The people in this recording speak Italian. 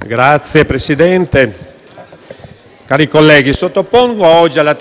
Signor Presidente, cari colleghi, sottopongo oggi alla